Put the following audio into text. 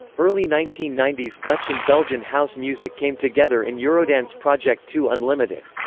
early nineteen ninety s dutch and belgian house music came together in eurodance project two unlimited.